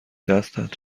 دستت